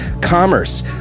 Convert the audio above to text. Commerce